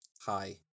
Hi